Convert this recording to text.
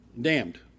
Damned